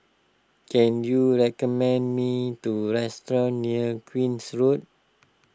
can you recommend me the restaurant near Queen's Road